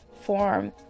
form